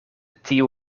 tiu